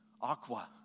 Aqua